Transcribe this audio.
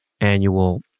annual